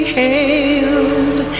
hailed